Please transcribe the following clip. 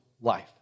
life